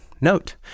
note